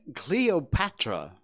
cleopatra